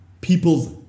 people's